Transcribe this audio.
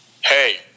hey